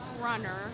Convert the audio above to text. runner